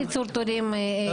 משרד האוצר, אתם מסכימים?